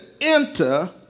enter